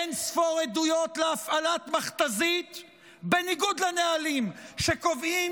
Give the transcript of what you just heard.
אין-ספור עדויות להפעלת מכתזית בניגוד לנהלים שקובעים